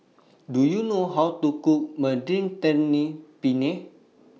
Do YOU know How to Cook Mediterranean Penne